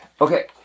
Okay